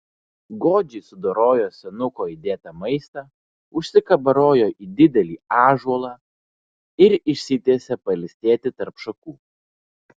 godžiai sudorojo senuko įdėtą maistą užsikabarojo į didelį ąžuolą ir išsitiesė pailsėti tarp šakų